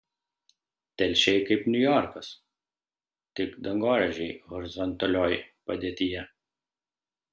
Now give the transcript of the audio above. telšiai kaip niujorkas tik dangoraižiai horizontalioj padėtyje